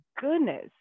goodness